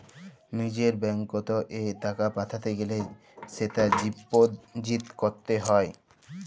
লিজের ব্যাঙ্কত এ টাকা পাঠাতে গ্যালে সেটা ডিপোজিট ক্যরত হ্য়